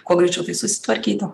kuo greičiau tai susitvarkytų